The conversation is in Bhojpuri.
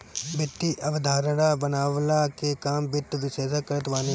वित्तीय अवधारणा बनवला के काम वित्त विशेषज्ञ करत बाने